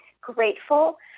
grateful